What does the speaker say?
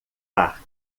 parque